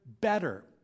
better